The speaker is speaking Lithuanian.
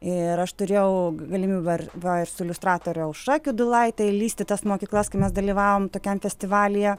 ir aš turėjau galimybę va ir su iliustratore aušra kiudulaite įlįsti į tas mokyklas kai mes dalyvavom tokiam festivalyje